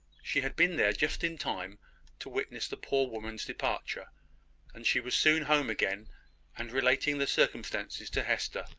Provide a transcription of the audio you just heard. she had been there just in time to witness the poor woman's departure and she was soon home again and relating the circumstances to hester,